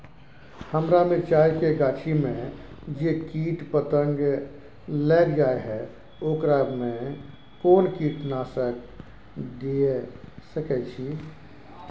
हमरा मिर्चाय के गाछी में जे कीट पतंग लैग जाय है ओकरा में कोन कीटनासक दिय सकै छी?